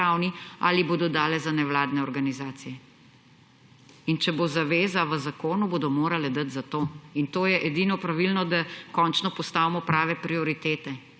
ali bodo dale za nevladne organizacije. In če bo zaveza v zakonu, bodo morale dati za to. In to je edino pravilno, da končno postavimo prave prioritete,